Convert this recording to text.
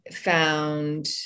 found